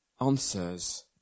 answers